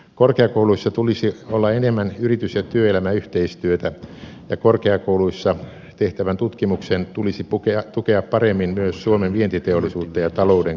korkeakouluissa tulisi olla enemmän yritys ja työelämäyhteistyötä ja korkeakouluissa tehtävän tutkimuksen tulisi tukea paremmin myös suomen vientiteollisuutta ja talouden kasvua